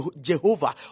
jehovah